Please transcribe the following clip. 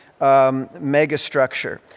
megastructure